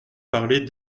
parlait